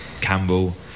Campbell